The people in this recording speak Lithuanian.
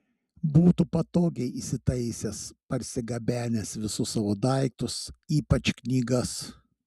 būtų patogiai įsitaisęs persigabenęs visus savo daiktus ypač knygas